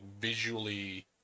visually